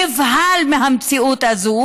נבהל מהמציאות הזאת,